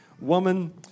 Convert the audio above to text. Woman